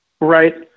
Right